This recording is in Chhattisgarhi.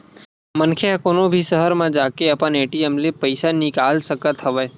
मनखे ह कोनो भी सहर म जाके अपन ए.टी.एम ले पइसा ल निकाल सकत हवय